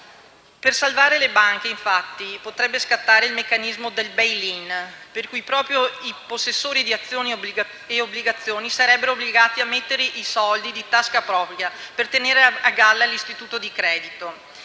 Per salvare le banche, infatti, potrebbe scattare il meccanismo del *bail in*, per cui proprio i possessori di azioni e obbligazioni sarebbero obbligati a mettere i soldi di tasca propria per tenere a galla l'istituto di credito.